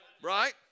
Right